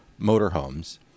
motorhomes